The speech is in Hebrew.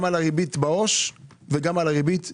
גם על הריבית בעו"ש וגם על הריבית בפיקדונות.